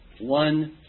one